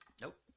Nope